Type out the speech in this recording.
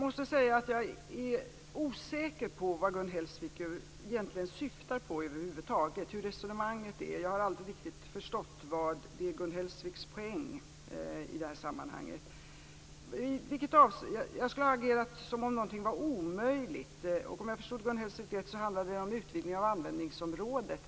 Fru talman! Jag är osäker på vad Gun Hellsvik egentligen syftar på och hur resonemanget går. Jag har aldrig riktigt förstått vad som är Gun Hellsviks poäng i det här sammanhanget. Hon säger att jag skulle ha agerat som om något var omöjligt. Om jag förstod Gun Hellsvik rätt så handlade det om utvidgningen av användningsområdet.